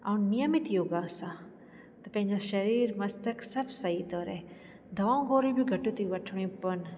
ऐं नियमित योगा सां त पंहिंजो शरीर मस्तिष्क सभु सही थो रहे दवा गोरियूं बि घटि थी वठणी पवनि